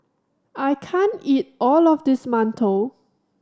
I can't eat all of this Mantou